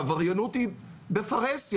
העבריינות היא בפרהסיה